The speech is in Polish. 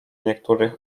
niektórych